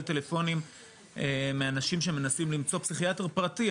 טלפונים מאנשים שמנסים למצוא פסיכיאטר פרטי.